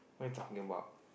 what you talking about